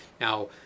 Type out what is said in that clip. Now